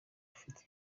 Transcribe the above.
rufite